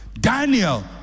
Daniel